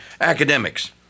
academics